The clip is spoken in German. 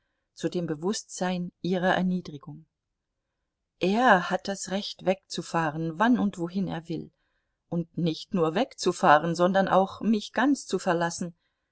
zu dem bewußtsein ihrer erniedrigung er hat das recht wegzufahren wann und wohin er will und nicht nur wegzufahren sondern auch mich ganz zu verlassen